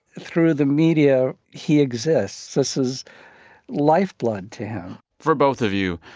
through the media he exists. this is lifeblood to him for both of you,